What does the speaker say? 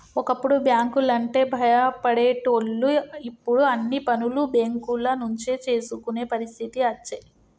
ఒకప్పుడు బ్యాంకు లంటే భయపడేటోళ్లు ఇప్పుడు అన్ని పనులు బేంకుల నుంచే చేసుకునే పరిస్థితి అచ్చే